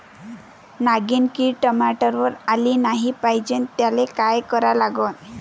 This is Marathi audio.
नागिन किड टमाट्यावर आली नाही पाहिजे त्याले काय करा लागन?